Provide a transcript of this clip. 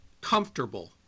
comfortable